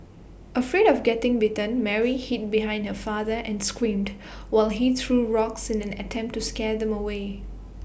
afraid of getting bitten Mary hid behind her father and screamed while he threw rocks in an attempt to scare them away